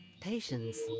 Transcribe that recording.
patience